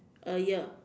a year